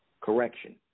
correction